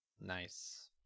Nice